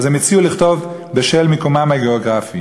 אז הם הציעו לכתוב: "בשל מקומם הגיאוגרפי".